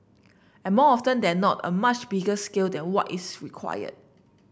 and more often than not a much bigger scale than what is required